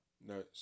No